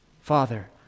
Father